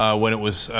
ah when it was